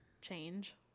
change